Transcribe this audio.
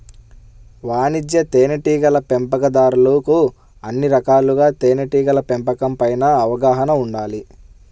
వాణిజ్య తేనెటీగల పెంపకందారులకు అన్ని రకాలుగా తేనెటీగల పెంపకం పైన అవగాహన ఉండాలి